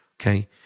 Okay